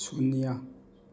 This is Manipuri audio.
ꯁꯨꯟꯅꯤꯌꯥ